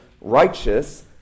righteous